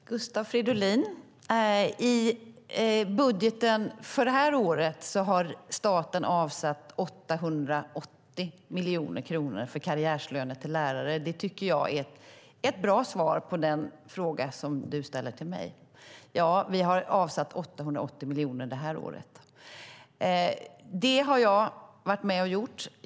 Herr talman! Gustav Fridolin! I budgeten för det här året har staten avsatt 880 miljoner kronor för karriärslöner till lärare. Det tycker jag är ett bra svar på den fråga som du ställer till mig. Ja, vi har avsatt 880 miljoner det här året. Det har jag varit med och gjort.